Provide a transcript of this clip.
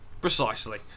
Precisely